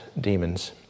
demons